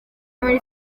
muri